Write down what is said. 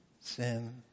Sin